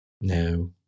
No